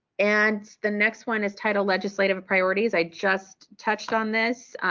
and the next one is titled legislative priorities. i just touched on this,